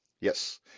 Yes